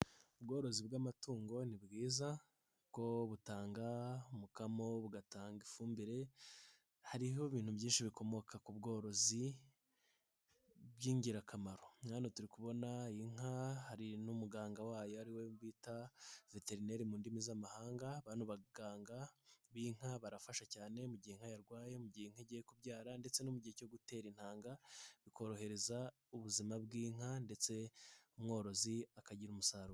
Ubworozi bw'amatungo nibwiza, ni bwo butanga umukamo bugatanga ifumbire. Hariho ibintu byinshi bikomoka ku bworozi by'ingirakamaro. Hano turi kubona inka hari n'umuganga wayo ari we wita veterineri mu indimi z'amahanga, bano baganga b'inka barafasha cyane mu giheka yarwaye, mu gihe inka igiye kubyara ndetse no mu gihe cyo gutera intanga bikorohereza ubuzima bw'inka ndetse umworozi akagira umusaruro.